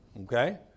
Okay